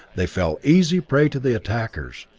they fell easy prey to the attackers.